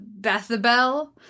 Bethabel